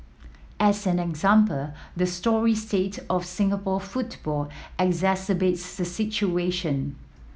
as an example the story state of Singapore football exacerbates the situation